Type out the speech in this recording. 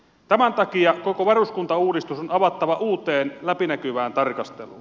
tämän takia koko varuskuntauudistus on avattava uuteen läpinäkyvään tarkasteluun